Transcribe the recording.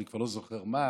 אני כבר לא זוכר מה,